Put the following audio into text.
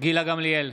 גילה גמליאל,